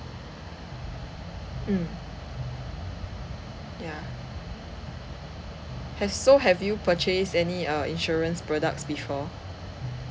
mm ya has so have you purchased any err insurance products before